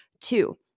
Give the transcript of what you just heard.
two